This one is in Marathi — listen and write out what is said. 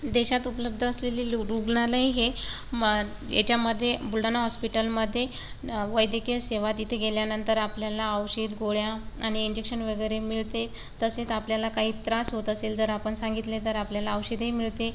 देशात उपलब्ध असलेली लू रुग्णालय हे म याच्यामध्ये बुलढाणा हॉस्पिटलमध्ये वैदकीय सेवा तिथे गेल्यानंतर आपल्याला औषध गोळ्या आणि इंजेकशन वगैरे मिळते तसेच आपल्याला काही त्रास होत असेल जर आपण सांगितले तर आपल्याला औषधही मिळते